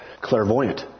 clairvoyant